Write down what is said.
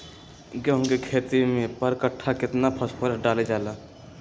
गेंहू के खेती में पर कट्ठा केतना फास्फोरस डाले जाला?